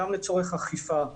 גם לצורך אכיפה.